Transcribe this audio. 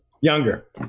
Younger